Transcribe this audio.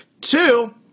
Two